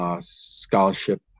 scholarship